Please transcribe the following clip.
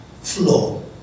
flow